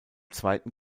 zweiten